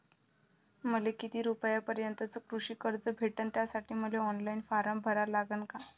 मले किती रूपयापर्यंतचं कृषी कर्ज भेटन, त्यासाठी मले ऑनलाईन फारम भरा लागन का?